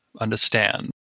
understand